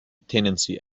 tenancy